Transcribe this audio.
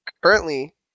Currently